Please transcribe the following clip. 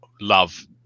love